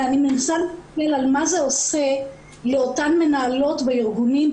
אלא אני מנסה לראות מה זה עושה לאותן מנהלות בארגונים,